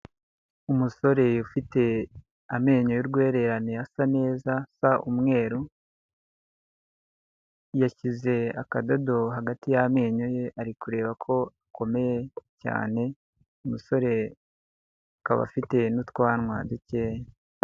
Umusore ufite amenyo y'urwererane asa neza asa umweru, yashyize akadodo hagati y'amenyo ye ari kureba ko akomeye cyane, umusore akaba afite n'utwanwa dukeya.